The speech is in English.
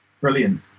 Brilliant